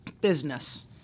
business